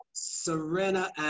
Serena